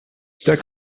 der